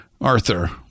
Arthur